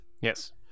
Yes